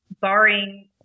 barring